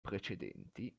precedenti